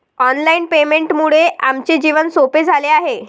online पेमेंटमुळे आमचे जीवन सोपे झाले आहे